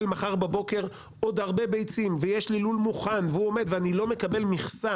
מחר בבוקר עוד הרבה ביצים ויש לי לול מוכן והוא עומד ואני לא מקבל מכסה,